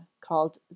called